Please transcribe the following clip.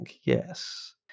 yes